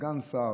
סגן שר,